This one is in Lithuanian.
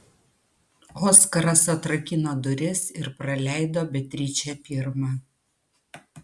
oskaras atrakino duris ir praleido beatričę pirmą